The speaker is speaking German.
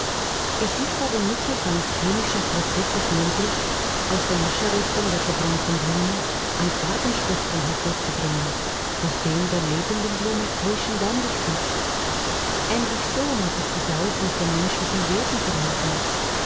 es ist aber mittels eines chemischen prozesses möglich aus den ascheresten der verbrannten blume ein farbenspektrum hervorzubringen das dem der lebenden blume täuschend ähnlich sieht ähnlich so mag es sich auch mit dem menschlichen wesen verhalten